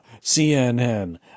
CNN